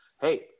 hey